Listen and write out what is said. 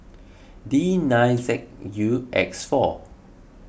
D nine Z U X four